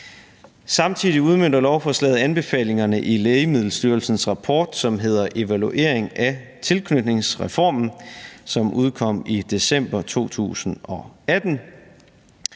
Samtidig udmønter lovforslaget anbefalingerne i Lægemiddelstyrelsens rapport, som hedder »Evaluering af tilknytningsreformen«, som udkom i december 2018.